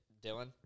Dylan